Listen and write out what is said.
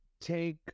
take